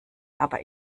aber